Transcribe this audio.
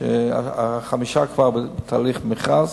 החמישה כבר בתהליך מכרז,